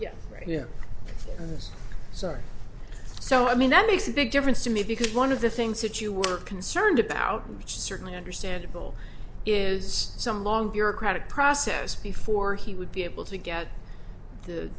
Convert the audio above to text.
right yeah sorry so i mean that makes a big difference to me because one of the things that you were concerned about which is certainly understandable is some long bureaucratic process before he would be able to get